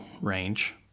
range